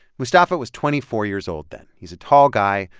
mustafa was twenty four years old then. he's a tall guy,